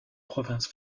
province